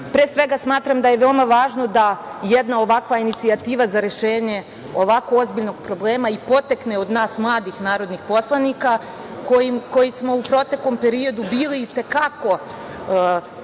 svega, smatram da je veoma važno da jedna ovakva inicijativa za rešenje ovako ozbiljnog problema i potekne od nas, mladih narodnih poslanika, koji smo u proteklom periodu bili i te kako